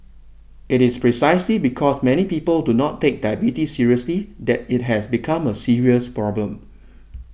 it is precisely because many people do not take diabetes seriously that it has become a serious problem